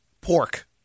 pork